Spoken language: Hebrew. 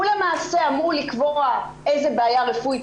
הוא למעשה אמור לקבוע איזו בעיה רפואית